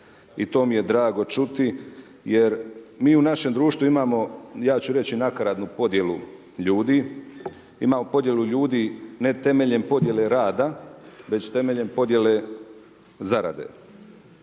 i to mi je drago čuti, jer mi u našem društvu imamo, ja ću reći i nakaradnu podjelu ljudi, imamo podjelu ljudi, ne temeljem podjele rada, već temeljem podjele zarade.